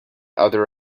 other